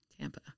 Tampa